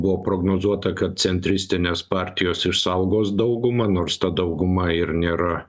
buvo prognozuota kad centristinės partijos išsaugos daugumą nors ta dauguma ir nėra